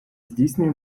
здійснює